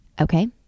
okay